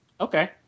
Okay